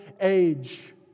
age